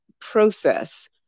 process